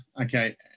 Okay